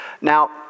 Now